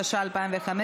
התשע"ה 2015,